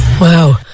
Wow